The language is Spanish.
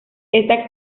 esta